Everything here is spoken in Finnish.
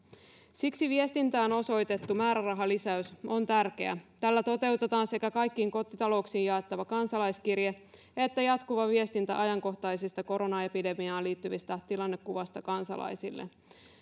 siksi viestintään osoitettu määrärahalisäys on tärkeä tällä toteutetaan sekä kaikkiin kotitalouksiin jaettava kansalaiskirje että jatkuva viestintä ajankohtaisesta koronaepidemiaan liittyvästä tilannekuvasta kansalaisille